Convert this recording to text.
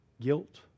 guilt